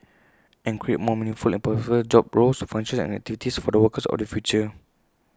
and create more meaningful and purposeful job roles functions and activities for the workers of the future